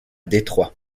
détroit